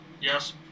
Yes